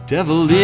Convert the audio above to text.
Devil